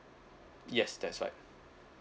yes that's right